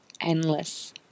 endless